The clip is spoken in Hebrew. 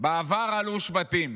בעבר עלו שבטים.